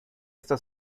esta